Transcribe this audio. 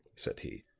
said he.